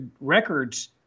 records